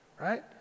right